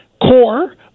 core